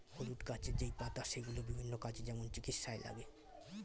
হলুদ গাছের যেই পাতা সেগুলো বিভিন্ন কাজে, যেমন চিকিৎসায় লাগে